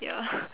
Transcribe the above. ya